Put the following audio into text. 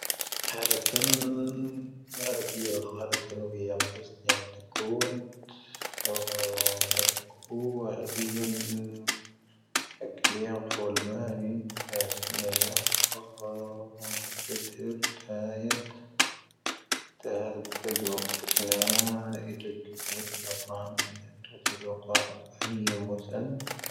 ⵀⴰⵔⴰⵜ'ⵏ, ⵀⴰⵔⴰⵜ'ⵏ ⵢⵉⵍ ⵀⴰⵔⴰⵜ'ⵏ ⵢⴰⵎ ⴱoⵓⵙ'ⵏ'ⴻⵏ ⵜⴰⵇo'ⵏ ⵜⴰⵇo'ⵏ ⵜⴰⵇo'ⵏ ⴰⵇ'ⵏ ⴰⵇ'ⵏ ⵢⵉⵍ ⴼⵓⵍ'ⵎ'ⴰⵏⵢ'ⵏ ⵏⴰⵇ'ⵏ ⵢⵉⵍ,. ⵜⴰⵇo'ⵏ ⵜⴰⵇo'ⵔ ⵜⴰ'ⵢⴻⵜ, ⵜⴰⵀⵜ'ⵏ ⵜⴰⵇo'ⵏ ⵜⴰⵇⵏⴰ'ⵢ, ⵜⴰⵇⵎ'ⴻⵜ ⵡⴰⵡ'ⵏ ⵜⴰⵇo'ⵏ ⵜⴰⵇo'ⵔ ⵜⴰⵇo'ⵔ ⵜⴰⵇ'ⵏ ⵢⵉ'ⵏ ⴱoⵓⵙ'ⵏ.